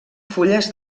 fulles